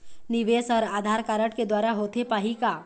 निवेश हर आधार कारड के द्वारा होथे पाही का?